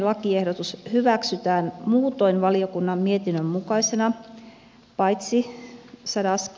lakiehdotus hyväksytään muutoin valiokunnan mietinnön mukaisena paitsi sairas